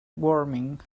warming